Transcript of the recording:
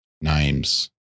names